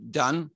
done